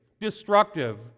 destructive